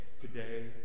today